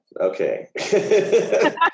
Okay